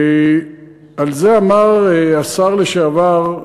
על זה אמר השר לשעבר,